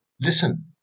listen